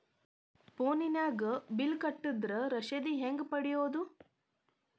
ಫೋನಿನಾಗ ಬಿಲ್ ಕಟ್ಟದ್ರ ರಶೇದಿ ಹೆಂಗ್ ಪಡೆಯೋದು?